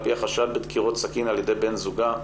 על פי החשד בדקירות סכין על ידי בן זוגה.